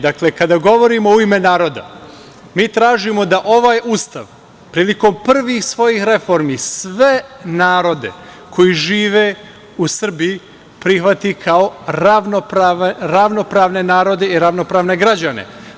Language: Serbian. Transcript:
Dakle, kada govorimo u ime naroda, mi tražimo da ovaj Ustav, prilikom prvih svojih reformi, sve narode koje žive u Srbiji prihvati kao ravnopravne narode i ravnopravne građane.